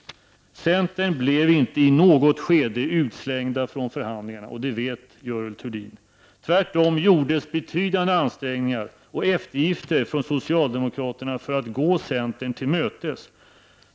Ni i centern blev inte i något skede utslängda från förhandlingarna. Detta vet Görel Thurdin. Tvärtom gjordes det betydande ansträngningar och eftergifter från socialdemokraternas sida för att gå centern till mötes.